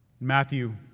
Matthew